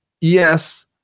yes